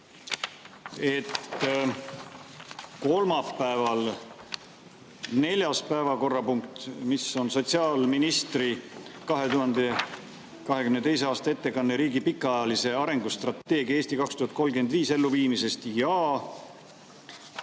et kolmapäeval neljas päevakorrapunkt, mis on sotsiaal[kaitse]ministri 2022. aasta ettekanne riigi pikaajalise arengustrateegia "Eesti 2035" elluviimisest, ja